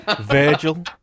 Virgil